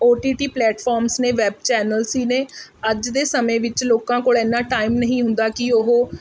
ਓ T T platform ਨੇ web channels ਨੇ ਅੱਜ ਦੇ ਸਮੇਂ ਵਿੱਚ ਲੋਕਾਂ ਕੋਲ ਐਨਾ ਟਾਈਮ ਨਹੀਂ ਹੁੰਦਾ ਕਿ ਉਹ